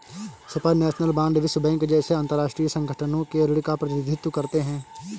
supranational bond विश्व bank जैसे अंतरराष्ट्रीय संगठनों के ऋण का प्रतिनिधित्व करते हैं